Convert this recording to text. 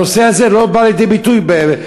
הנושא הזה לא בא לידי ביטוי בחוק גיל ההסכמה,